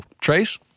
Trace